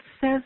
says